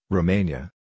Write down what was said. Romania